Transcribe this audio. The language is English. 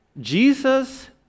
Jesus